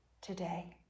today